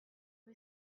rue